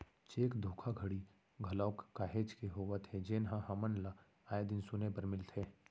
cheque धोखाघड़ी घलोक काहेच के होवत हे जेनहा हमन ल आय दिन सुने बर मिलथे